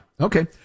Okay